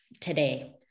today